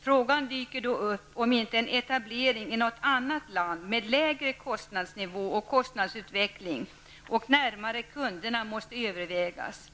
Frågan dyker då upp om inte en etablering i något annat land med lägre kostnadsnivå och kostnadsutveckling och närmare kunderna måste övervägas.